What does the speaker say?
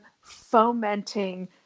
fomenting